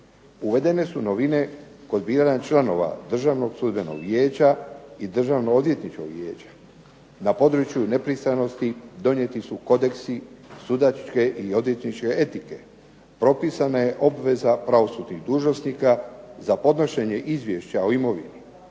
Uvedene su novine kod dijela članova Državnog sudbenog vijeća i Državnog odvjetničkog vijeća. Na području nepristranosti donijeti su kodeksi sudačke i odvjetničke etike, propisana je obveza pravosudnih dužnosnika za podnošenje izvješća o imovini.